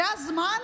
זה הזמן